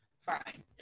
Fine